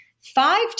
five